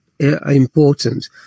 important